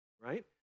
right